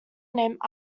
named